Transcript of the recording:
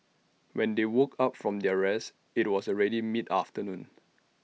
when they woke up from their rest IT was already mid afternoon